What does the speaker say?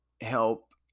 help